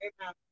Amen